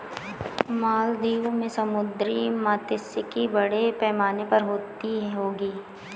मालदीव में समुद्री मात्स्यिकी बड़े पैमाने पर होती होगी